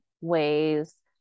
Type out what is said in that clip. ways